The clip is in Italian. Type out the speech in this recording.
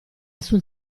sul